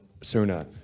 sooner